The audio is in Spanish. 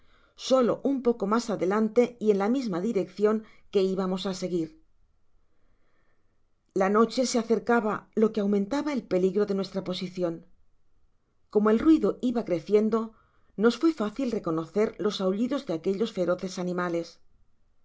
solo un poco mas adelante y en la misma direccion que íbamos á seguir la noche se acercaba lo que aumentaba el peligro de nuestra posicion como el ruido iba creciendo nos fué fácil reconocer los aullidos de aquellos feroces animales